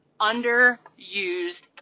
underused